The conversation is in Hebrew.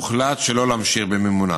הוחלט שלא להמשיך את מימונה.